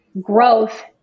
growth